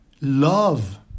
love